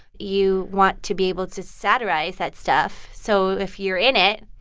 you want to be able to satirize that stuff. so if you're in it,